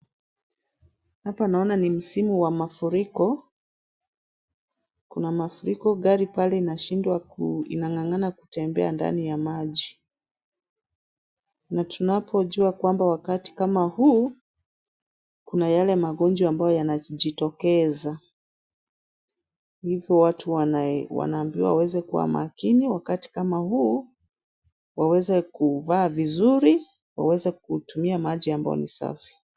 Hapa naona ni msimu wa mafuriko, kuna mafuriko gari inang'ang'ana kutembea ndani ya maji na tunapojua kwamba wakati kama huu kuna yale magonjwa ambayo yanajitokeza. Hivo watu wanaambiwa waweze kuwa makini wakati kama huu waweze kuvaa vizuri, waweze kutumia maji ambayo ni safi.